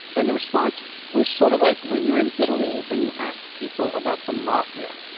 and the response was sort of like when you're in italy and you ask people about the mafia.